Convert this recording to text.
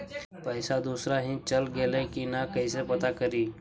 पैसा दुसरा ही चल गेलै की न कैसे पता करि?